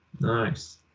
nice